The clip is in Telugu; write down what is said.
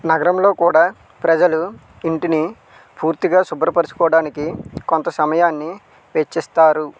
నగరంలో కూడా ప్రజలు ఇంటిని పూర్తిగా శుభ్రపరుచోకోడానికి కొంత సమయాన్ని వెచ్చిస్తారు